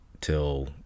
till